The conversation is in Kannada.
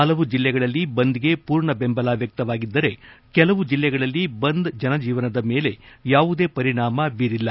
ಹಲವು ಜಿಲ್ಲೆಗಳಲ್ಲಿ ಬಂದ್ಗೆ ಪೂರ್ಣ ಬೆಂಬಲ ವ್ಯಕ್ತವಾಗಿದ್ದರೆ ಕೆಲವು ಜಿಲ್ಲೆಗಳಲ್ಲಿ ಬಂದ್ ಜನಜೀವನದ ಮೇಲೆ ಯಾವುದೇ ಪರಿಣಾಮ ಬೀರಿಲ್ಲ